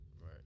Right